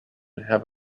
have